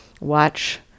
watch